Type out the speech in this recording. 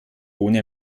ohne